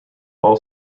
all